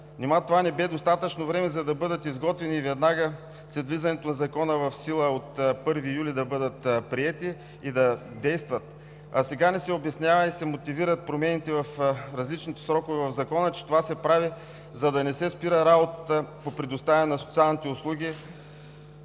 Нима това не бе достатъчно време, за да бъдат изготвени веднага след влизането на Закона в сила и от 1 юли да бъдат приети и да действат? А сега ни се обяснява и се мотивират промените в различните срокове в Закона – че това се прави, за да не се спира работата по предоставяне на социалните услуги